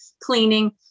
cleaning